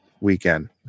weekend